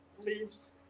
leaves